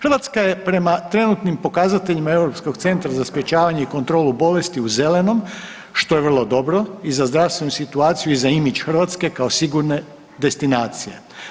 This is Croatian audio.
Hrvatska je prema trenutnim pokazateljima Europskog centra za sprječavanje i kontrolu bolesti u „zelenom“, što je vrlo dobro i za zdravstvenu situaciju i za imidž Hrvatske kao sigurne destinacije.